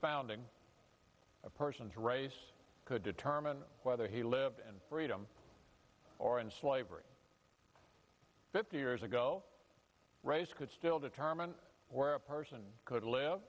founding a person's right to determine whether he lives and freedom or in slavery fifty years ago race could still determine where a person could live